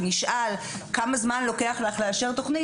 ונשאל כמה זמן לוקח לך לאשר תוכנית?